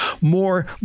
more